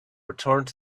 returned